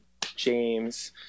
James